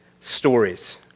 stories